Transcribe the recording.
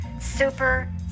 Super